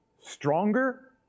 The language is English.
stronger